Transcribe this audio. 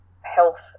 health